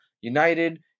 united